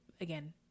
again